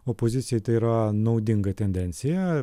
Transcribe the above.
opozicijai tai yra naudinga tendencija